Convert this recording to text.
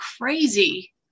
crazy